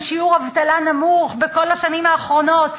שיעור אבטלה נמוך בכל השנים האחרונות.